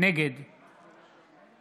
נגד